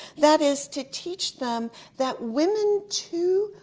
that is to teach them that women, too,